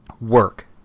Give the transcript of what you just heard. work